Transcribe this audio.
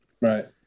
Right